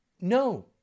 No